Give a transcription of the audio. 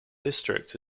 district